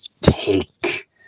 take